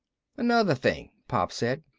another thing, pop said.